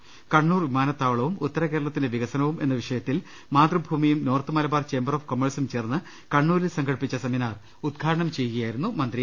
കണ്ണൂർ വിമാനത്താവളവും ഉത്തരകേരളത്തിന്റെ വികസനവും എന്ന വിഷയത്തിൽ മാതൃഭൂമിയും നോർത്ത് മലബാർ ചേംബർ ഓഫ് കോമേഴ്സും ചേർന്ന് കണ്ണൂരിൽ സംഘടിപ്പിച്ച സെമിനാർ ഉദ്ഘാടം ചെയ്യുകയായിരുന്നു മന്ത്രി